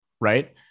Right